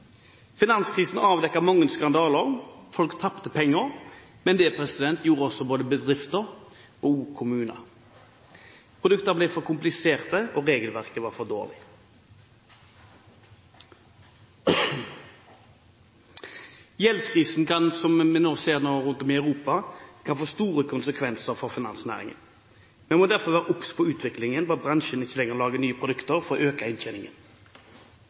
Finanskrisen avdekket mange skandaler. Folk tapte penger, men det gjorde også både bedrifter og kommuner. Produktene ble for kompliserte, og regelverket var for dårlig. Gjeldskrisen som vi nå ser rundt om i Europa, kan få store konsekvenser for finansnæringen. Vi må derfor være obs på utviklingen, slik at bransjen ikke lenger lager nye produkter for å øke inntjeningen.